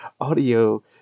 audio